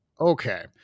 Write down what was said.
Okay